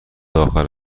آخر